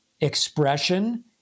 expression